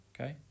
okay